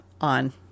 on